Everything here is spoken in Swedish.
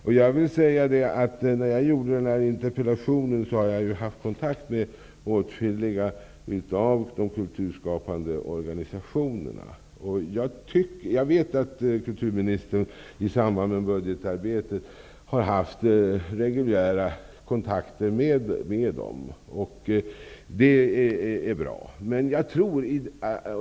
När jag utarbetat min interpellation har jag fått kontakt med åtskilliga av kulturskaparnas organisationer. Jag vet att kulturministern i samband med budgetarbetet har haft reguljära kontakter med dem, och det är bra.